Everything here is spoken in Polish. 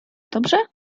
dobrze